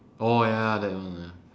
oh ya that one ah